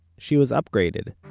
she was upgraded